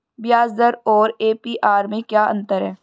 ब्याज दर और ए.पी.आर में क्या अंतर है?